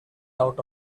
out